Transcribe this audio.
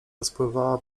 rozpływała